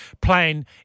playing